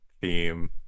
theme